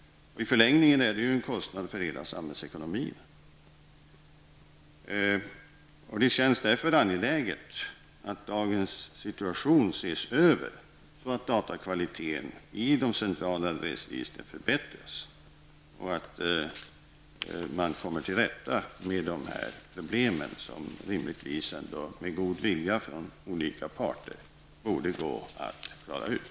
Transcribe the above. I förlängningen är detta en samhällsekonomisk kostnad. Det känns därför angeläget att dagens situation ses över, så att datakvaliteten i de centrala adressregistren förbättras och så att man kommer till rätta med de problem som rimligtvis, med god vilja från olika parter, borde gå att reda ut.